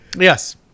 Yes